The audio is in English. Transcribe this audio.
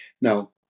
Now